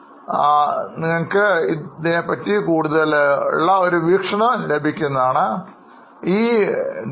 അനുപാതം 0